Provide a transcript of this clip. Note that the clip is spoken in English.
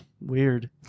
Weird